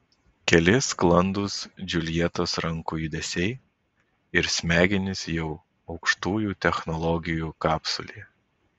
keli sklandūs džiuljetos rankų judesiai ir smegenys jau aukštųjų technologijų kapsulėje